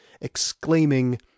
exclaiming